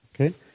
Okay